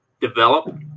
develop